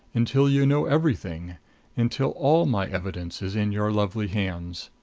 until you know everything until all my evidence is in your lovely hands.